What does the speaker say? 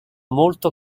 molto